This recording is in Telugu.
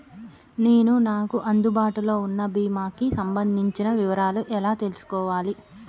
నేను నాకు అందుబాటులో ఉన్న బీమా కి సంబంధించిన వివరాలు ఎలా తెలుసుకోవాలి?